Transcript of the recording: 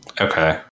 Okay